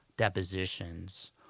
depositions